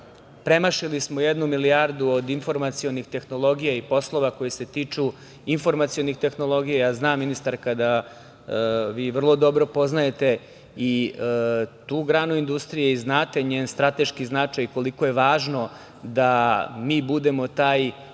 premašili smo jednu milijardu od informacionih tehnologija i poslova koji se tiču informacionih tehnologija. Znam ministarka, da vi vrlo dobro poznajete i tu granu industrije i znate njen strateški značaj koliko je važno da mi budemo taj